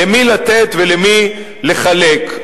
למי לתת ולמי לחלק.